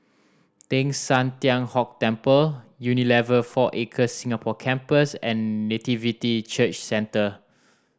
Teng San Tian Hock Temple Unilever Four Acres Singapore Campus and Nativity Church Centre